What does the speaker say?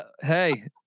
Hey